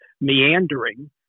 meandering